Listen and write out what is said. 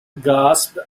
gasped